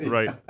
right